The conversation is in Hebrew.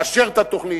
לאשר את התוכנית,